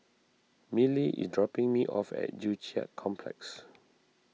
Milly is dropping me off at Joo Chiat Complex